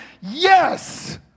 Yes